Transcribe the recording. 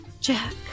Jack